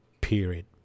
period